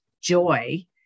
joy